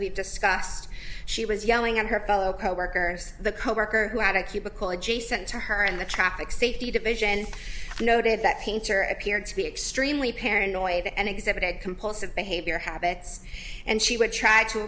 we discussed she was yelling at her fellow coworkers the coworker who had a cubicle adjacent to her in the traffic safety division noted that painter appeared to be extremely paranoid and exhibited compulsive behavior habits and she would try to